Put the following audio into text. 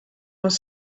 was